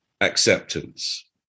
acceptance